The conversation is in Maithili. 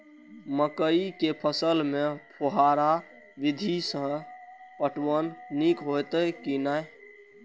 मकई के फसल में फुहारा विधि स पटवन नीक हेतै की नै?